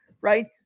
Right